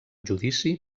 judici